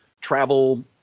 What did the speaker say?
travel